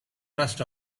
rust